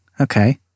Okay